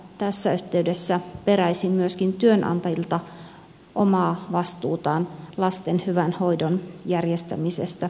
tässä yhteydessä peräisin myöskin työnantajilta omaa vastuutaan lasten hyvän hoidon järjestämisestä